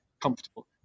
comfortable